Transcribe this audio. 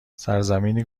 سرزمینی